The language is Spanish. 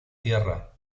tierra